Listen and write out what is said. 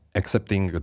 accepting